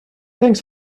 thanks